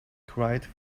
quiet